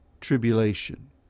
tribulation